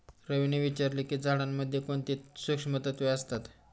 रवीने विचारले की झाडांमध्ये कोणती सूक्ष्म तत्वे असतात?